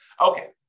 Okay